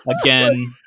again